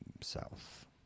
south